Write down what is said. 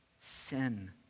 sin